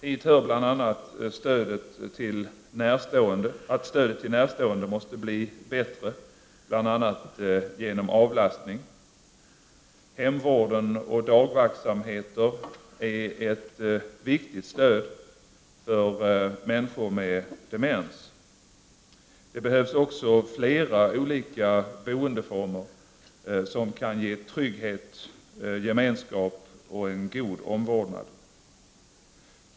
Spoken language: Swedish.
Hit hör bl.a. att stödet till närstående måste bli bättre, t.ex. genom avlastning. Hemvården och dagverksamheter är ett viktigt stöd för människor med demens. Det behövs också flera olika boendeformer som kan ge trygghet, gemenskap och en god omvårdnad.